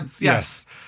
Yes